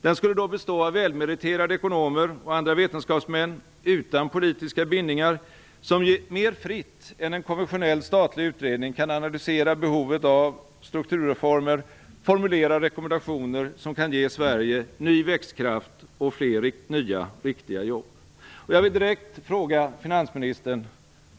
Den skulle då bestå av välmeriterade ekonomer och andra vetenskapsmän utan politiska bindningar, som mer fritt än en konventionell statlig utredning kan analysera behovet av strukturreformer och formulera rekommendationer som kan ge Sverige ny växtkraft och fler nya riktiga jobb.